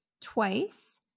Twice